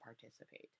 participate